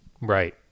right